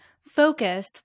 focus